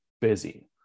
busy